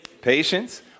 patience